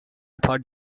thought